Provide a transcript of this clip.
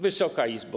Wysoka Izbo!